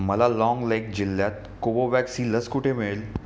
मला लाँगलेग जिल्ह्यात कोवोवॅक्स ही लस कुठे मिळेल